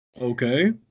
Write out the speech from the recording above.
Okay